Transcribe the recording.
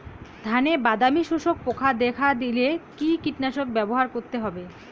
ধানে বাদামি শোষক পোকা দেখা দিলে কি কীটনাশক ব্যবহার করতে হবে?